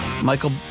Michael